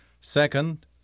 Second